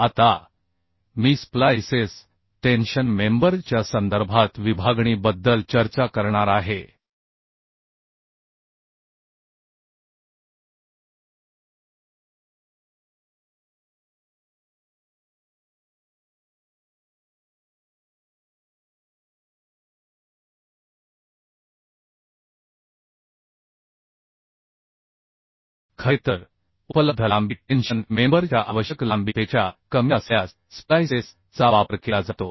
आता मी splices tension member च्या संदर्भात विभागणी बद्दल चर्चा करणार आहे खरे तर उपलब्ध लांबी टेन्शन मेंबर च्या आवश्यक लांबीपेक्षा कमी असल्यास स्प्लाइसेस चा वापर केला जातो